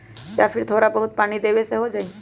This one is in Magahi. या फिर थोड़ा बहुत पानी देबे से हो जाइ?